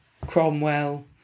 Cromwell